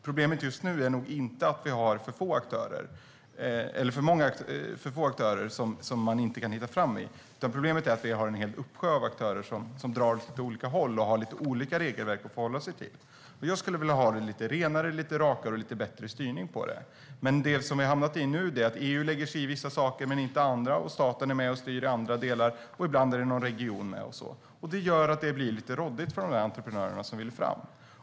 Problemet just nu är nog inte att vi har för få aktörer som man inte kan hitta fram till, utan problemet är att vi har en uppsjö av aktörer som drar åt lite olika håll och har lite olika regelverk att förhålla sig till. Jag skulle vilja ha det lite renare, lite rakare och med lite bättre styrning på det hela. Det som vi har hamnat i nu är att EU lägger sig i vissa saker men inte andra, att staten är med och styr i andra delar och att det ibland är någon region med. Det gör att det blir lite råddigt för de entreprenörer som vill fram.